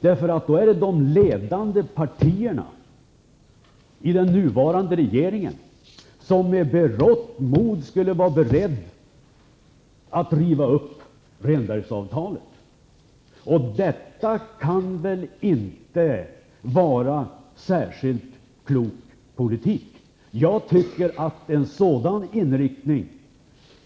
Det skulle innebära att de ledande partierna i den nuvarande regeringen med berått mod skulle vara beredda att riva upp Rehnbergsavtalet. Detta kan väl inte vara en särskilt klok politik. En sådan inriktning